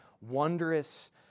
wondrous